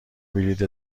بلیط